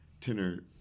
tenor